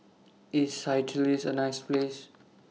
IS Seychelles A nice Place